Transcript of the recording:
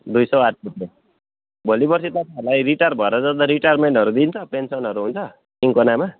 दुई सौ आठ रुपियाँ भोलिपर्सि तपाईँहरूलाई रिटायर्ड भएर जाँदा रिटायर्डमेन्टहरू दिन्छ पेन्सनहरू हुन्छ सिन्कोनामा